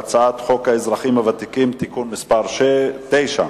הצעת חוק האזרחים הוותיקים (תיקון מס' 9)